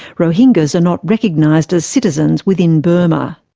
rohingyas are not recognised as citizens within burma.